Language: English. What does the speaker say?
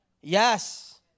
Yes